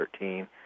2013